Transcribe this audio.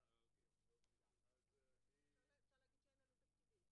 אבל כרגע אנחנו רוצים להתעסק רק באתרי הבנייה.